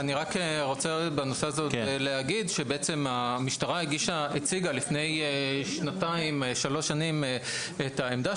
אני רוצה בנושא הזה עוד להגיד שהמשטרה הציגה לפני שנתיים-שלוש את העמדה